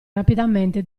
rapidamente